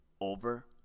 over